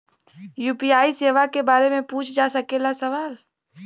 UPI सेवा के बारे में पूछ जा सकेला सवाल?